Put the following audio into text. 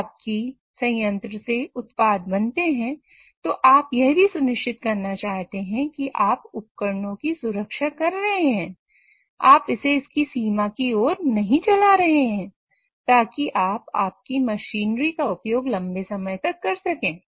जब आपकी संयंत्र से उत्पाद बनाते हैं तो आप यह भी सुनिश्चित करना चाहते हैं कि आप उपकरणों की सुरक्षा कर रहे हैं आप इसे इसकी सीमा की ओर नहीं चला रहे हैं ताकि आप आपकी मशीनरी का उपयोग लंबे समय तक कर सकें